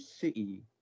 City